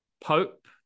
Pope